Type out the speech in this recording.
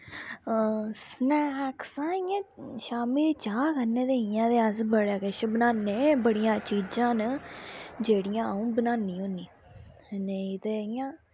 snacks हां इ'यां शाम्मी दी चा कन्नै ते इ'यां ते अस बड़ा किश बनान्ने बड़ियां चीजां न जेह्ड़ियां अ'ऊं बनानी होन्नी नेईं ते इ'यां